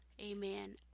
amen